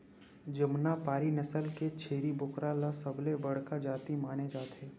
जमुनापारी नसल के छेरी बोकरा ल सबले बड़का जाति माने जाथे